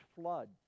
flood